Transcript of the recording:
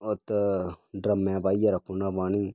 ओत्त ड्रम्मै पाइयै रक्खु ना पानी